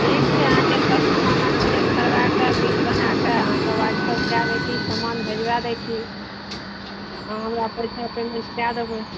ठीक छै अहाँकेँ सब समान हम ओजन करबैके बिल बनैके अहाँकेँ वाट्सएप कै दै छी समान भेजबै दै छी अहाँ हमरा पइसा पेमेन्ट कै देबै